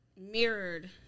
mirrored